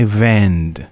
vend